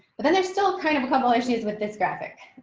but then there's still kind of a couple issues with this graphic.